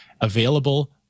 available